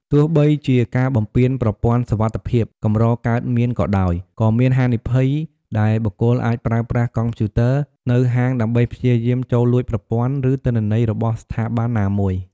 ទោះបីជាការបំពានប្រព័ន្ធសុវត្ថិភាព កម្រកើតមានក៏ដោយ ក៏មានហានិភ័យដែលបុគ្គលអាចប្រើប្រាស់កុំព្យូទ័រនៅហាងដើម្បីព្យាយាមចូលលួចប្រព័ន្ធ ឬទិន្នន័យរបស់ស្ថាប័នណាមួយ។